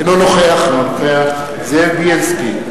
אינו נוכח זאב בילסקי,